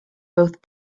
both